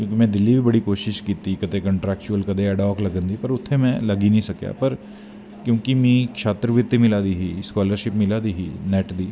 कि के में दिल्ली बी बड़ी कोशिश कीती कदैं कंट्रैक्चुअल कदैं अडाक लग्गन दा पर उत्थें में लग्गी नी सकेआ पर क्योंकि मींम शात्तर वृत्ति मिला दी ही स्कालरशिप मिला दी ही नैट दी